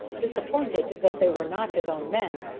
disappointed that they were not his own men,